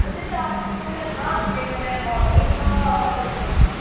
उस्सी चार्ज नेहां लग्गे दा ते कन्नै आन बी नेहा होआ दा ओह् बड़े चरोकना